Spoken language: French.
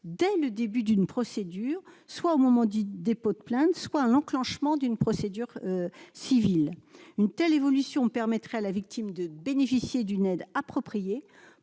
dès le début d'une procédure, soit au moment du dépôt de plainte soit l'enclenchement d'une procédure civile, une telle évolution permettrait à la victime de bénéficier d'une aide appropriée